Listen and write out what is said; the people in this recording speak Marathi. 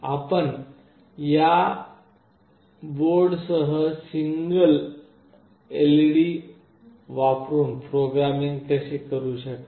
आपण या STM बोर्डासह सिंगल LED वापरून प्रोग्रामिंग कसे करू शकता